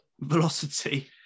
velocity